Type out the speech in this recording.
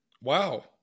Wow